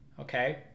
okay